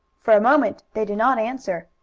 for a moment they did not answer,